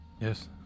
yes